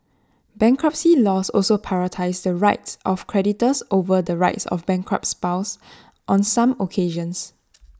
bankruptcy laws also prioritise the rights of creditors over the rights of bankrupt's spouse on some occasions